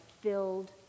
filled